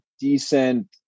decent